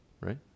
right